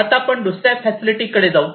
आता आपण दुसऱ्या फॅसिलिटी कडे जाऊ